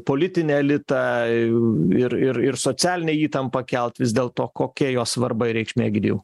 politinį elitą ir ir ir socialinę įtampą kelt vis dėl to kokia jo svarba ir reikšmė egidijau